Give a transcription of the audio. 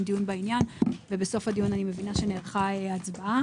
דיון בעניין ובסוף הדיון נערכה הצבעה.